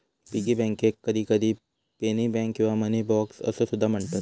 piggy बँकेक कधीकधी penny bank किंवा मनी बॉक्स असो सुद्धा म्हणतत